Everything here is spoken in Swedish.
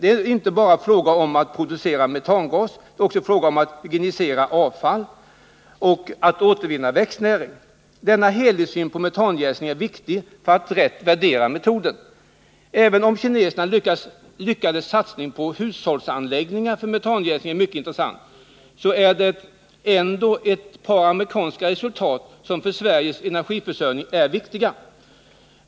Det är inte bara fråga om att producera metangas, utan det handlar också om hygienisering av avfall och återvinning av växtnäring. Denna helhetssyn på metanjäsningen är viktig för att man rätt skall kunna värdera metoden. Även om kinesernas lyckade satsning på hushållsanläggningar för metangasjäsning är mycket intressesant, så är det ändå ett par amerikanska resultat som för Sveriges energiförsörjning är än viktigare.